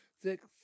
Six